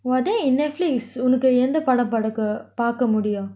!wah! then in Netflix உன்னக்கு எந்த படம் படகு பாக்க முடியும்:unnaku entha padam padaku paaka mudiyum